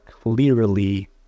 clearly